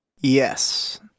Yes